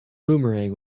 boomerang